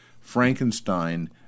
Frankenstein –